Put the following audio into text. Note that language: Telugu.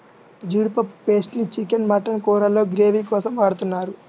జీడిపప్పు పేస్ట్ ని చికెన్, మటన్ కూరల్లో గ్రేవీ కోసం వాడుతున్నారు